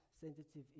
sensitive